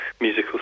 Musical